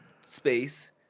space